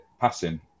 passing